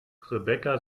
rebecca